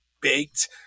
baked